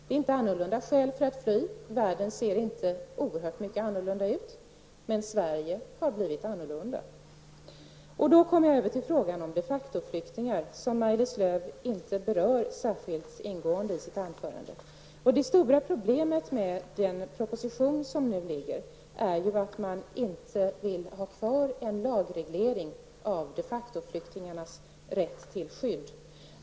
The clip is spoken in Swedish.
Skälen för att fly är inte annorlunda. Världen ser inte mycket annorlunda ut, men Sverige har blivit annorlunda. Då kommer jag över till frågan om de facto-flyktingarna, som Maj-Lis Lööw inte berör särskilt ingående i sitt anförande. Det stora problemet med den proposition som nu föreligger är att man inte vill ha kvar en lagreglering av de facto-flyktingarnas rätt till skydd.